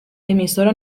emisora